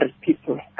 people